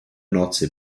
nordsee